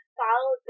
follow